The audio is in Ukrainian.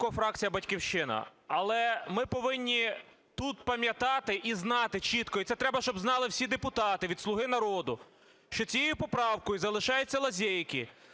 Крулько, фракція "Батьківщина". Але ми повинні тут пам'ятати і знати чітко, і це треба, щоб знали всі депутати від "Слуги народу", що цією поправкою залишаються лазейки